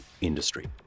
industry